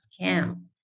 scam